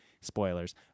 spoilers